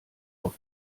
auf